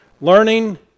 learning